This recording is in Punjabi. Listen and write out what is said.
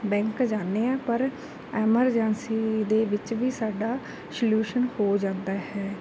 ਬੈਂਕ ਜਾਂਦੇ ਹਾਂ ਪਰ ਐਮਰਜੰਸੀ ਦੇ ਵਿੱਚ ਵੀ ਸਾਡਾ ਸ਼ਲਿਊਸ਼ਨ ਹੋ ਜਾਂਦਾ ਹੈ